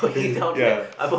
ya